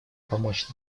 помочь